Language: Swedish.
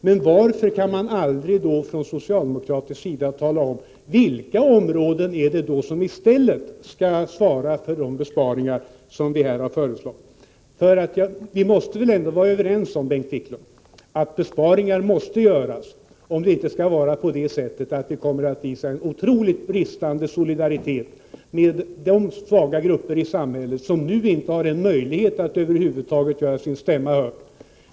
Men varför kan man då aldrig från socialdemokratisk sida tala om vilka områden som i så fall skall drabbas av de besparingar som här har föreslagits? Vi måste väl ändå vara överens om, Bengt Wiklund, att besparingar måste göras, om vi inte skall visa en otrolig brist på solidaritet mot de svaga grupper i samhället som nu över huvud taget inte har någon möjlighet att göra sin stämma hörd.